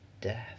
death